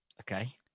Okay